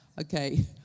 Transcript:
Okay